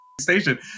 station